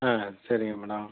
ஆ சரிங்க மேடம்